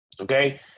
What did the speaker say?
Okay